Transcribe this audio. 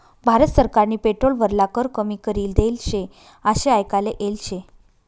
भारत सरकारनी पेट्रोल वरला कर कमी करी देल शे आशे आयकाले येल शे